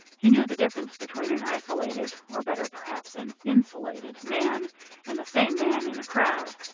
he knew the difference between an isolated or better, perhaps, an insulated man and the same man in a crowd.